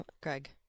Greg